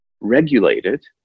regulated